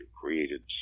created